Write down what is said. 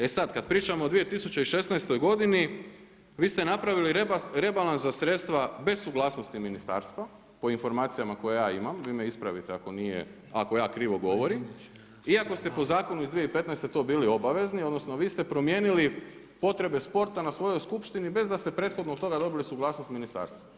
E sada kada pričamo o 2016. godini vi ste napravili rebalans za sredstva bez suglasnosti ministarstva, po informacijama koje ja imam, vi me ispravite ako nije, ako ja krivo govorim iako ste po zakonu iz 2015. to bili obavezni, odnosno vi ste promijenili potrebe sporta na svojoj skupštini bez da ste prethodno od toga dobili suglasnost ministarstva.